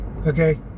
Okay